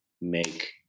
make